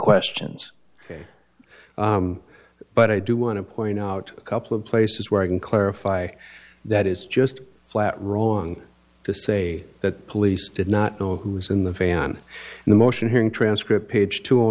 questions ok but i do want to point out a couple of places where i can clarify that is just flat wrong to say that police did not know who was in the van in the motion hearing transcript page two